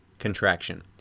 contraction